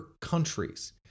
countries